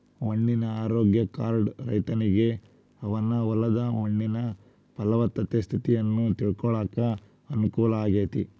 ಮಣ್ಣಿನ ಆರೋಗ್ಯ ಕಾರ್ಡ್ ರೈತನಿಗೆ ಅವನ ಹೊಲದ ಮಣ್ಣಿನ ಪಲವತ್ತತೆ ಸ್ಥಿತಿಯನ್ನ ತಿಳ್ಕೋಳಾಕ ಅನುಕೂಲ ಆಗೇತಿ